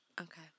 Okay